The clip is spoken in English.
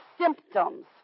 symptoms